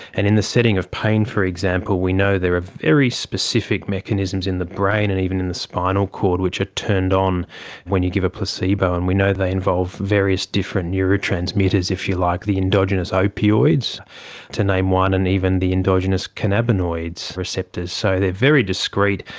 and in the setting of pain, for example, we know there are ah very specific mechanisms in the brain and even in the spinal cord which are turned on when you give a placebo, and we know they involve various different neurotransmitters, if you like, the endogenous opioids to name one, and even the endogenous cannabinoids receptors. so they are very discreet,